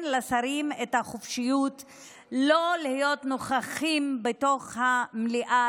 לשרים את החופש לא להיות נוכחים בתוך המליאה,